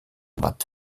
watt